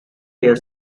their